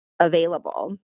available